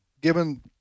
given